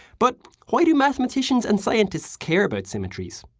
but why do mathematicians and scientists care about symmetries?